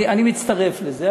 אני מצטרף לזה,